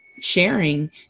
sharing